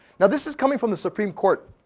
now this is coming from the supreme court.